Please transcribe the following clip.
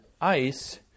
ice